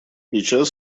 сейчас